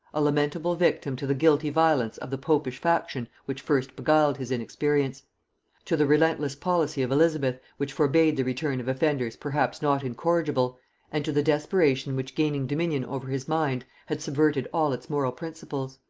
a lamentable victim to the guilty violence of the popish faction which first beguiled his inexperience to the relentless policy of elizabeth, which forbade the return of offenders perhaps not incorrigible and to the desperation which gaining dominion over his mind had subverted all its moral principles.